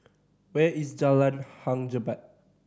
where is Jalan Hang Jebat